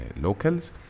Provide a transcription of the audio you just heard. locals